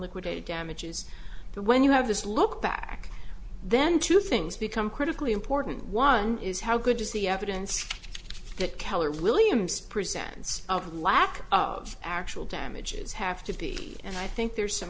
liquidated damages that when you have this look back then two things become critically important one is how good is the evidence that keller williams presents out of the lack of actual damages have to be and i think there's some